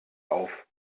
auf